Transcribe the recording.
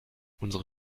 unsere